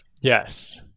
Yes